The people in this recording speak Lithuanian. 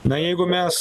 na jeigu mes